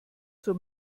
zur